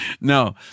No